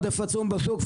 לא, עודף עצום בשוק.